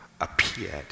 appeared